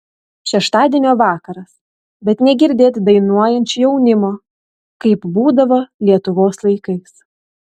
šeštadienio vakaras bet negirdėt dainuojančio jaunimo kaip būdavo lietuvos laikais